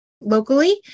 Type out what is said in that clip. locally